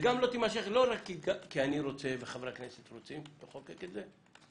היא לא תימשך כי חברי כנסת ואני רוצים לחוקק את זה.